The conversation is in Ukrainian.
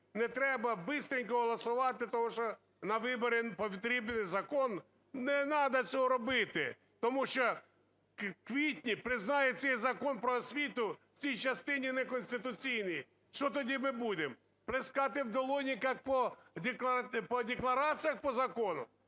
не треба. Бистренько голосувати, того що на вибори потрібен закон". Не треба цього робити, тому що в квітні признають цей Закон "Про освіту" в цій частині неконституційним, що тоді ми будемо – плескати в долоні, як по деклараціям по закону?